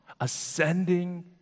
ascending